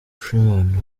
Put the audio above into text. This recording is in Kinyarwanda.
freeman